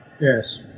Yes